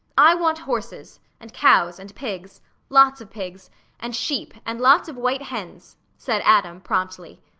i want horses, and cows, and pigs lots of pigs and sheep, and lots of white hens, said adam, promptly.